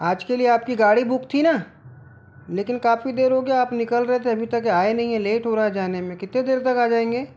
आज के लिए आपकी गाड़ी बुक थी न लेकिन काफ़ी देर हो गया आप निकल रहे थे अभी तक आए नहीं है लेट हो रहा जाने में कितने देर तक आ जाएंगे